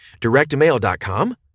directmail.com